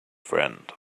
friend